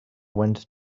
went